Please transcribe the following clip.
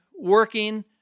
working